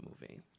movie